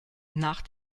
nach